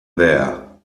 there